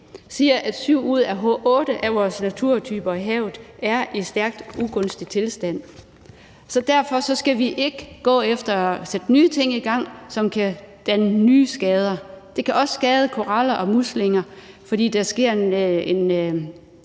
siger, at syv ud af otte af vores naturtyper i havet er i stærkt ugunstig tilstand, så derfor skal vi ikke gå efter at sætte nye ting i gang, som kan give nye skader. Og det kan også skade koraler og muslinger, fordi der sker en